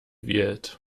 wählt